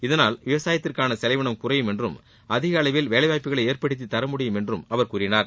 இதனால் விவசாயத்திற்காள செலவினம் குறையும் என்றும் அதிகளவில் வேலைவாய்ப்புகளை ஏற்படுத்தி தர முடியும் என்று அவர் கூறினார்